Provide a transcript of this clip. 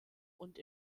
und